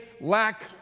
lack